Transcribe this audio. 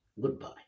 goodbye